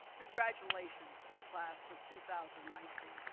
congratulations to the class of two thousand like